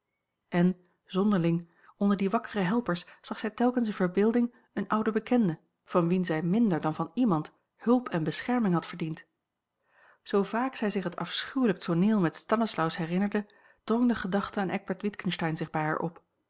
en zonderling onder die wakkere helpers zag zij telkens in verbeelding een ouden bekende van wien zij minder dan van iemand hulp en bescherming had verdiend zoo vaak zij zich het afschuwelijk tooneel met stanislaus herinnerde drong de gedachte aan eckbert witgensteyn zich bij haar op